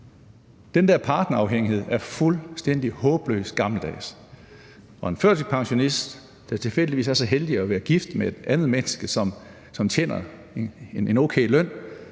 partnerafhængighed er fuldstændig håbløst gammeldags. At en førtidspensionist, der tilfældigvis er så heldig at være gift med et andet menneske, som tjener en okay løn,